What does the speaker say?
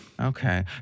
Okay